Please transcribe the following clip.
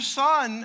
son